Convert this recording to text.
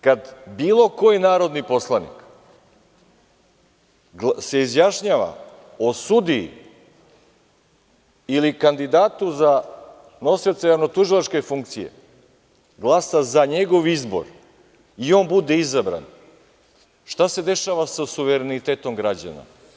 Kada bilo koji narodni poslanik se izjašnjava o sudiji ili kandidatu za nosioce javnotužilačke funkcije, glasa za njegov izbor i on bude izabran, šta se dešava sa suverenitetom građana?